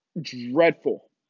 dreadful